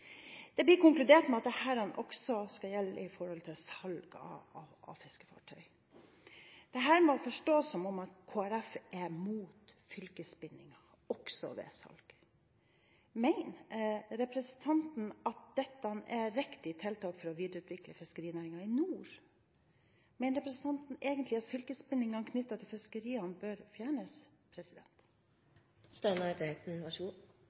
Det blir konkludert med at dette også skal gjelde med tanke på salg av fiskefartøy. Dette må forstås som at Kristelig Folkeparti er mot fylkesbindinger også ved salg. Mener representanten at dette er riktig tiltak for å videreutvikle fiskerinæringen i nord? Mener representanten egentlig at fylkesbindingene knyttet til fiskeriene bør fjernes?